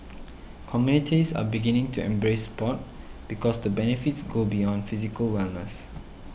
communities are beginning to embrace sport because the benefits go beyond physical wellness